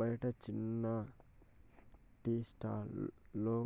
బయట చిన్న tea stall లలో